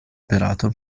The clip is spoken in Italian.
operato